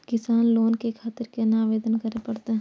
किसान लोन के खातिर केना आवेदन करें परतें?